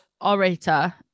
orator